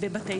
בבתי